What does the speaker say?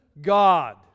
God